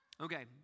Okay